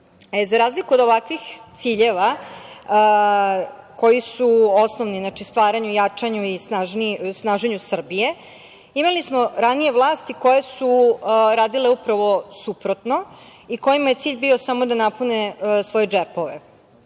razliku od ovakvih ciljeva koji su osnovni u stvaranju, jačanju i snaženju Srbije, imali smo ranije vlasti koje su radile upravo suprotno i kojima je cilj bio samo da napune svoje džepove. Pošto